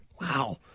Wow